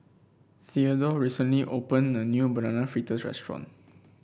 Theadore recently opened a new Banana Fritters restaurant